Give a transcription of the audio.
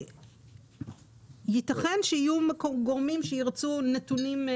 יתכן שיהיו גורמים שירצו נתונים.